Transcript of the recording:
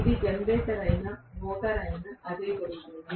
ఇది జనరేటర్ అయినా మోటారు అయినా అదే జరుగుతుంది